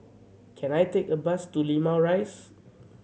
can I take a bus to Limau Rise